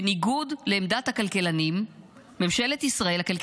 בניגוד לעמדת הכלכלנים בארץ,